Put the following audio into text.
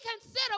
consider